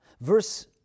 Verse